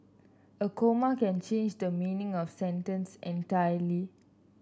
a comma can change the meaning of sentence entirely